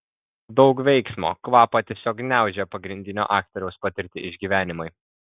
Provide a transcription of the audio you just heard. daug veiksmo kvapą tiesiog gniaužia pagrindinio aktoriaus patirti išgyvenimai